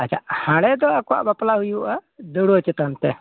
ᱟᱪᱪᱷᱟ ᱦᱟᱸᱰᱮ ᱫᱚ ᱟᱠᱚᱣᱟᱜ ᱵᱟᱯᱞᱟ ᱦᱩᱭᱩᱜᱼᱟ ᱫᱟᱹᱲᱣᱟᱹ ᱪᱮᱛᱟᱱ ᱛᱮ